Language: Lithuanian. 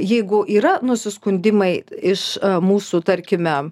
jeigu yra nusiskundimai iš mūsų tarkime